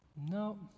no